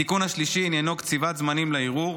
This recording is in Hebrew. התיקון השלישי עניינו קציבת זמנים לערעור.